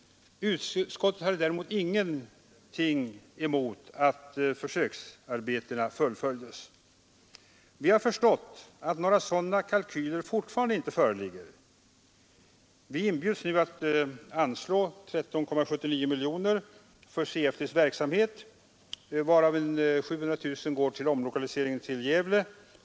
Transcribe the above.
Däremot hade utskottet ingenting emot att försöksarbetena fullföljdes. Vi har förstått att några sådana kalkyler fortfarande inte föreligger. Vi inbjuds nu att anslå 13,79 miljoner till CFD :s verksamhet, varav 700 000 kronor går till omlokaliseringen till Gävle.